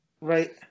right